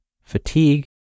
fatigue